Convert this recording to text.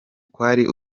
kwari